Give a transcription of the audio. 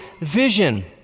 vision